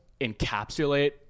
encapsulate